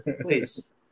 please